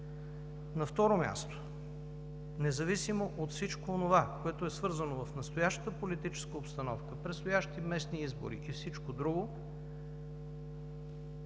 На второ място, независимо от всичко онова, което е свързано в настоящата политическа обстановка – предстоящи местни избори и всичко друго,